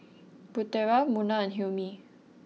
Putera Munah and Hilmi